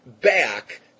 back